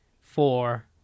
four